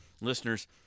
listeners